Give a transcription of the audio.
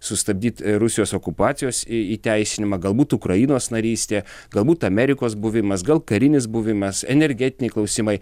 sustabdyt rusijos okupacijos įteisinimą galbūt ukrainos narystė galbūt amerikos buvimas gal karinis buvimas energetiniai klausimai